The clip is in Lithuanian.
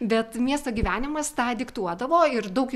bet miesto gyvenimas tą diktuodavo ir daug